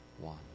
one